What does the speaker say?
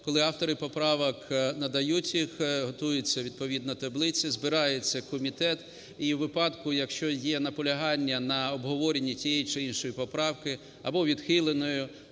Коли автори поправок надають їх, готується відповідна таблиця, збирається комітет. І у випадку, якщо є наполягання на обговоренні тієї чи іншої поправки, або відхиленої,